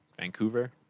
Vancouver